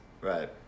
Right